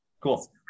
cool